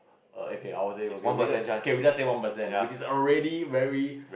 err okay I will say okay we just we just say one percent which is already very